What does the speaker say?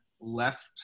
left